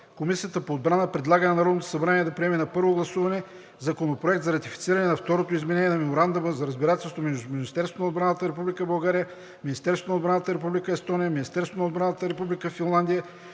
Комисията по отбрана предлага на Народното събрание да приеме на първо гласуване Законопроект за ратифициране на Второто изменение на Меморандума за разбирателство между Министерството на отбраната на Република България, Министерството на отбраната на Република Естония, Министерството на отбраната на Република Финландия,